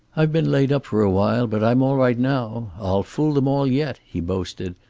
i've been laid up for a while, but i'm all right now. i'll fool them all yet, he boasted,